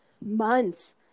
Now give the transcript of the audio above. months